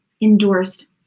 endorsed